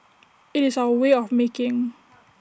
IT is our way of making